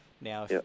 Now